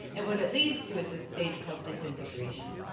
and what it leads to is a stage called disintegration.